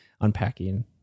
unpacking